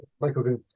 Michael